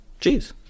Jeez